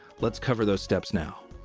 let's cover those steps now.